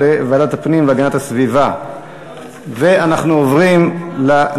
בעד הצביעו 47,